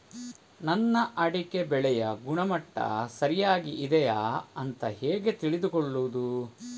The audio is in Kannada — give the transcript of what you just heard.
ನನ್ನ ಅಡಿಕೆ ಬೆಳೆಯ ಗುಣಮಟ್ಟ ಸರಿಯಾಗಿ ಇದೆಯಾ ಅಂತ ಹೇಗೆ ತಿಳಿದುಕೊಳ್ಳುವುದು?